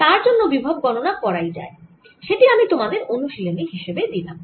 তার জন্য বিভব গণনা করাই যায় সেটি আমি তোমাদের অনুশীলনী হিসেবে দিলাম